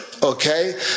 Okay